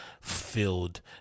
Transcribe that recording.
filled